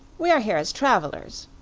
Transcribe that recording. we are here as travelers.